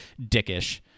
dickish